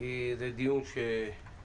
כי זה דיון שמתבקש.